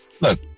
look